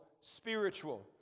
spiritual